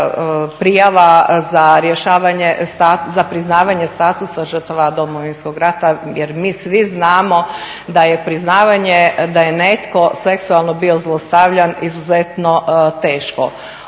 rješavanje za priznavanje statusa žrtava Domovinskog rata jer mi svi znamo da je priznavanje da je netko seksualno bio zlostavljan izuzetno teško.